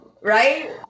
Right